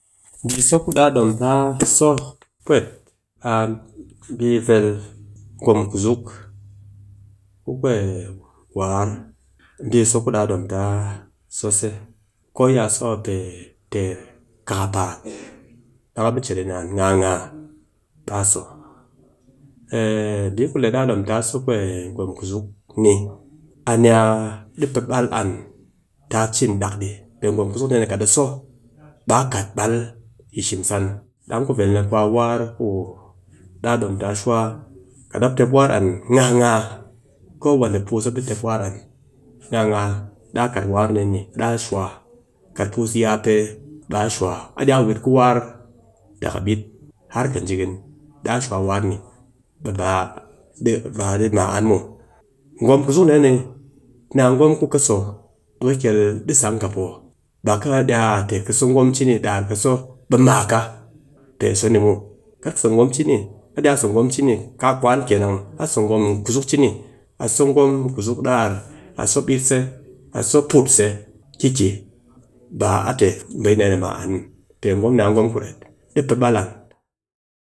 bii so ku daa dom taa so pwet a bii vel, gwom kusuk ku war, bii so ku da a dom ta so se, ko ya so a pe ter kakapaat dang mop di chet a ni an gaa gaa baa a so pee bii ku le. daa dom ta sogwom kusuk ni, a nia ɗi pee bal an ta cin dak di, pee. gwom kusuk dee kat a so baa kat bal yi shimsan. Ɗang ku vel ni a war, kat mop tep war an gaa gaa, ko wan ne puus mop di tep war an gaa gaa, daa kat war dee ni daa shuwa, kat puus ya pe baa shuwa kat daa wit ku war daga bit har kɨjikin daa shuwa war ni ɓe ba ɗi, ba ɗi ma an muw. Gwom kusuk dee ni nia gwom kɨ so ɓe kel ɗi sang ngha po. ɓa kar dia kat kɨ so gwom cini daar kɨ so ɓe ma ka pe so ni muw, kat so gwom cini, be daa so gwom cini kaa kwan kenan, a so gwom kusuk cini, a so gwom kusuk daar, a so bɨtse, a so putse kiki, baa a te bii dee mah an muw, pe gwom ni a gwom ku ret ɗi pee bal an